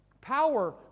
power